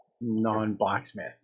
non-blacksmith